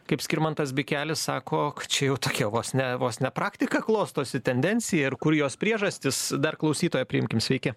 kaip skirmantas bikelis sako čia jau tokia vos ne vos ne praktika klostosi tendencija ir kur jos priežastys dar klausytoją priimkim sveiki